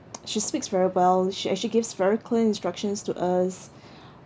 she speaks very well she actually gives very clear instructions to us